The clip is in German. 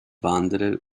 wanderer